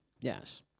yes